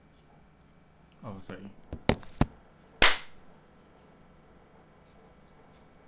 oh sorry